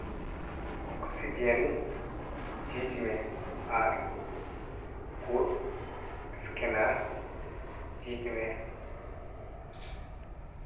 oxygen ᱡᱷᱤᱡᱽ ᱢᱮ ᱟᱨ ᱠᱳᱰ ᱮᱥᱠᱮᱱᱟᱨ ᱡᱷᱤᱡᱽ ᱢᱮ